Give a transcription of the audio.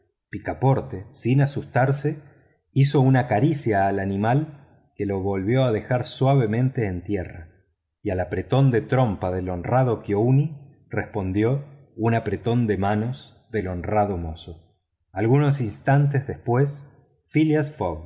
picaporte sin asustarse hizo una caricia al animal que lo volvió a dejar suavemente en tierra y al apretón de trompa del honrado kiouni respondió un apretón de manos del honrado mozo algunos instantes después phileas fogg